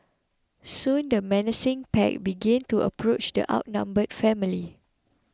soon the menacing pack began to approach the outnumbered family